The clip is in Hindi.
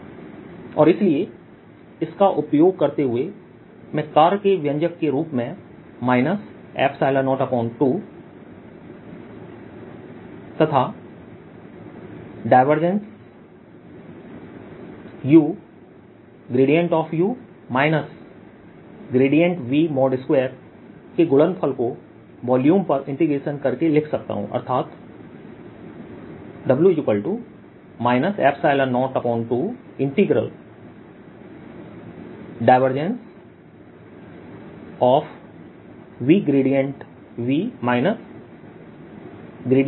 W12VrrdV r 02Vr W 012Vr2VrdV और इसलिए इसका उपयोग करते हुए मैं कार्य के व्यंजक के रूप में 02 तथा UU V2 के गुणनफल को वॉल्यूम पर इंटीग्रेशन करके लिख सकता हूं अर्थात W 02VV V2dV